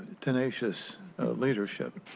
tenacious leadership.